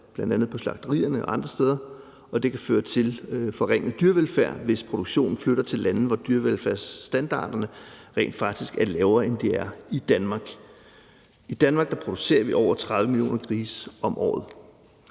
bl.a. på slagterierne og andre steder, og det kan føre til forringet dyrevelfærd, hvis produktionen flytter til lande, hvor dyrevelfærdsstandarderne rent faktisk er lavere, end de er i Danmark. I Danmark producerer vi over 30 millioner grise om året,